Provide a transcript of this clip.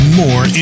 more